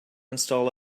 install